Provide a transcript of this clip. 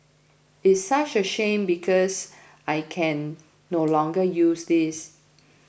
it's such a shame because I can no longer use this